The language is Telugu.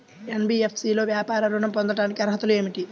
ఎన్.బీ.ఎఫ్.సి లో వ్యాపార ఋణం పొందటానికి అర్హతలు ఏమిటీ?